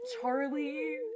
Charlie